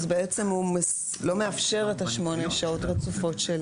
בעצם הוא לא אפשר את שמונה השעות הרצופות של